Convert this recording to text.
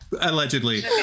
allegedly